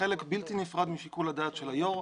חלק בלתי נפרד משיקול הדעת של היו"ר.